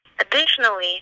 Additionally